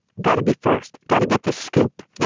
gotta be first. gotta get the scoop. yeah.